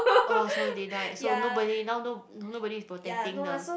orh so they died so nobody now no no nobody is protecting the